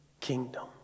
kingdom